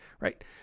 Right